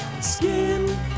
Skin